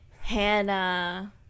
Hannah